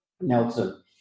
Nelson